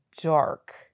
dark